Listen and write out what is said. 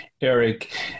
Eric